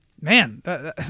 man